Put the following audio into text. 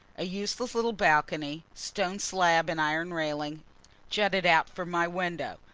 a useless little balcony stone slab and iron railing jutted out from my window.